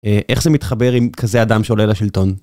איך זה מתחבר עם כזה אדם שעולה לשלטון?